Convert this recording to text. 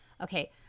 Okay